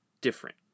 different